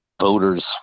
voters